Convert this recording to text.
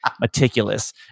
meticulous